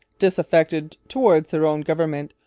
disaffected towards their own government,